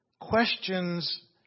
Questions